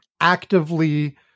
actively